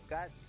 God